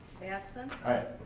batson. aye.